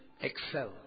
excel